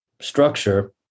structure